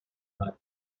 hour